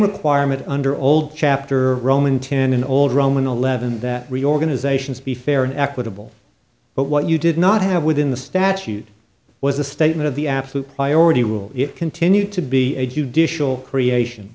requirement under old chapter roman ten an old roman eleven that reorganizations be fair and equitable but what you did not have within the statute was a statement of the absolute priority will it continue to be a judicial creation